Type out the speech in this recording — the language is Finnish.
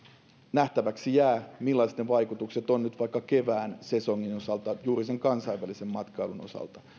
nähtäväksi jää millaiset ne vaikutukset ovat nyt vaikka kevään sesongin osalta juuri sen kansainvälisen matkailun osalta